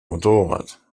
motorrad